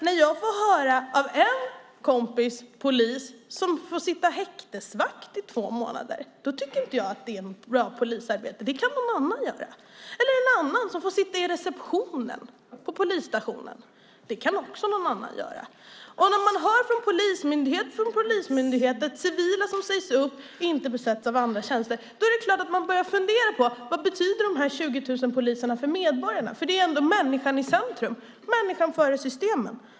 När jag får höra att en kompis som är polis får sitta häktesvakt i två månader tycker jag inte att det är ett bra polisarbete. Det kan någon annan göra. En annan polis får sitta i receptionen på polisstationen. Också det kan någon annan göra. När man hör från den ena polismyndigheten efter den andra att civila sägs upp och att dessa tjänster inte besätts av andra börjar man förstås fundera på vad de 20 000 poliserna betyder för medborgarna. Det jag är ute efter är att människan ska vara i centrum - människan före systemet.